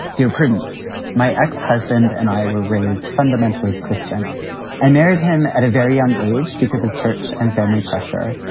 dear prudence, my ex-husband and i were raised fundamentalist christian and married him at a very young age because of church and family pressure.